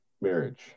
marriage